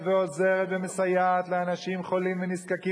ועוזרת ומסייעת לאנשים חולים ונזקקים.